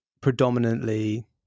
predominantly